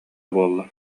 буолла